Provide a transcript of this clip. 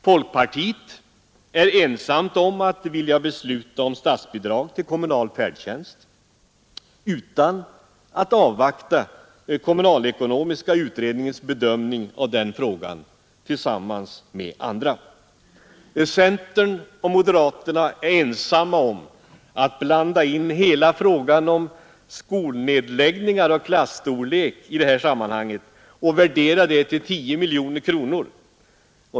Folkpartiet är ensamt om att vilja besluta om statsbidrag till kommunal färdtjänst utan att avvakta kommunalekonomiska utredningens bedömning av den frågan tillsammans med andra. Centern och moderaterna är ensamma om att blanda in hela frågan om skolnedläggningar och klasstorlek i det här sammanhanget och värdera den till 10 miljoner kronor om året.